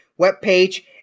webpage